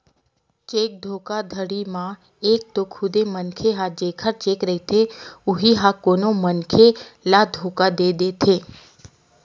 cheque धोखाघड़ी म एक तो खुदे मनखे ह जेखर चेक रहिथे उही ह कोनो मनखे ल धोखा दे देथे